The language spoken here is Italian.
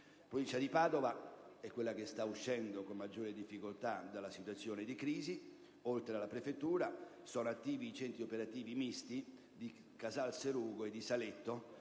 provincia di Padova, che è quella che sta uscendo con maggiore difficoltà dalla situazione di crisi, oltre alla prefettura sono attivi i centri operativi misti di Casalserugo e di Saletto